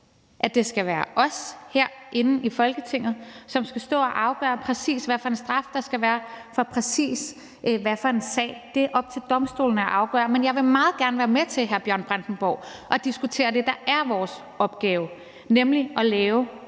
at det skal være os herinde i Folketinget, som skal stå og afgøre, præcis hvad for en straf der skal være i præcis hvad for en sag. Det er op til domstolene at afgøre. Men jeg vil meget gerne være med, hr. Bjørn Brandenborg, til at diskutere det, der er vores opgave, nemlig at lave